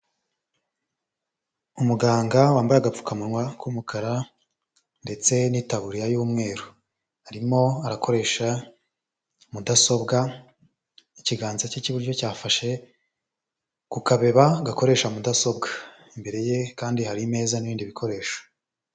Umuganga wambaye agapfukamunwa k'umukara ndetse n'itaburiya y'umweru. Arimo arakoresha mudasobwa, ikiganza cye cy'iburyo cyafashe ku kabeba gakoresha mudasobwa, imbere ye kandi hari ameza n'ibindi bikoresho.